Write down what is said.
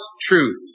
truth